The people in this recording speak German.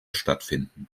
stattfinden